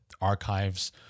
archives